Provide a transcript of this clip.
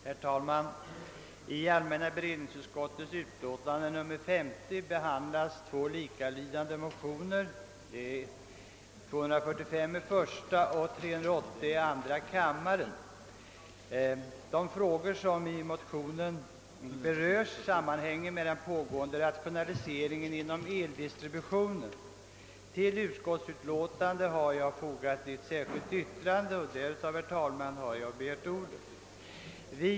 Herr talman! I allmänna beredningsutskottets utlåtande nr 50 behandlas två likalydande motioner, I: 245 och II: 308. De frågor som berörs i motionerna sammanhänger med den pågående rationaliseringen inom eldistributionen. Jag har till utlåtandet fogat ett särskilt yttrande, och det är av denna anledning, herr talman, som jag begärt ordet.